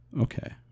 Okay